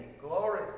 Glory